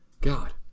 God